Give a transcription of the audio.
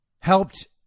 helped